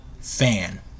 fan